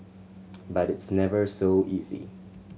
but it's never so easy